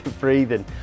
breathing